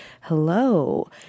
hello